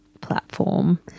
platform